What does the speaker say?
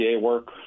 work